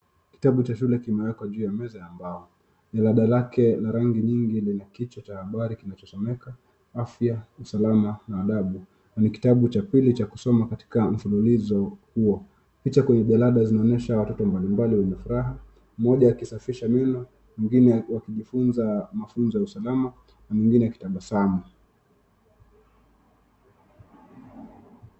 Kitabu cha shule kimewekwa juu ya meza ya mbao. Jarada lake la rangi nyingi lina kichwa cha habari kinachosomeka afya, usalama na adabu. Ni kitabu cha pili cha kusoma katika mfululizo huo. Picha kwenye jalada zinaonyesha watoto mbalimbali wenye furaha. Mmoja akisafisha meno, mwengine akijifunza mafunzo ya usalama na mwengine akitabasamu.